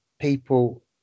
people